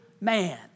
man